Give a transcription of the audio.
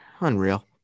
Unreal